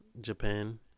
Japan